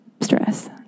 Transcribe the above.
stress